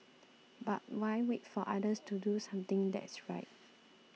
but why wait for others to do something that's right